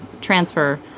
transfer